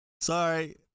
sorry